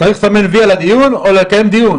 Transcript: צריך לסמן וי על הדיון או לקיים דיון?